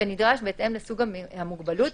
כנדרש בהתאם לסוג המוגבלות,